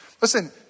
Listen